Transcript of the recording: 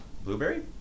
blueberry